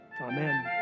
Amen